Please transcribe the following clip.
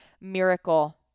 miracle